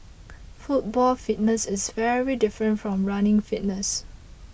football fitness is very different from running fitness